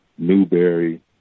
Newberry